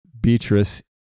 Beatrice